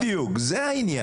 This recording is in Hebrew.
בדיוק, זה העניין.